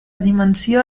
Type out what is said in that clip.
dimensió